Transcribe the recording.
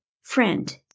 friend